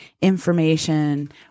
information